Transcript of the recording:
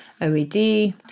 OED